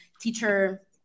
teacher